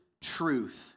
truth